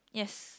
yes